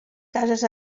cases